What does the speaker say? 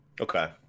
Okay